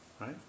Right